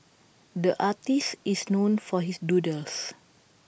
the artist is known for his doodles